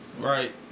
Right